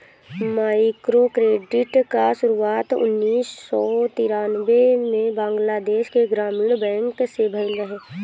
microcredit कअ शुरुआत उन्नीस और तिरानबे में बंगलादेश के ग्रामीण बैंक से भयल रहे